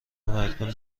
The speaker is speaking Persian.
هماکنون